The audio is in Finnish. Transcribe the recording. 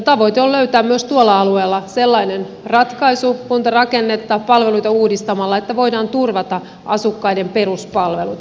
tavoite on löytää myös tuolla alueella sellainen ratkaisu kuntarakennetta palveluita uudistamalla että voidaan turvata asukkaiden peruspalvelut